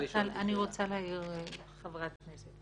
רוצה להעיר שתי הערות: